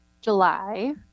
July